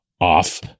off